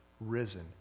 risen